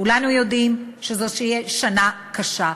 כולנו יודעים שזו תהיה שנה קשה,